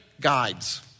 guides